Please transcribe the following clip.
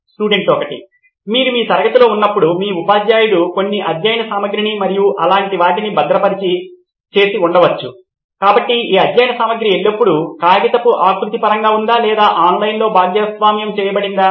student 1 మీరు మీ తరగతి గదిలో ఉన్నప్పుడు మీ ఉపాధ్యాయుడు కొన్ని అధ్యయన సామగ్రిని మరియు అలాంటి వాటిని బధ్రం చేసి ఉండవచ్చు కాబట్టి ఈ అధ్యయన సామగ్రి ఎల్లప్పుడూ కాగితపు ఆకృతి పరంగా ఉందా లేదా ఆన్లైన్లో భాగస్వామ్యం చేయబడిందా